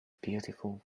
beautiful